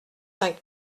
cinq